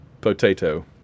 Potato